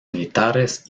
militares